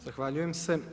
Zahvaljujem se.